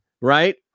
right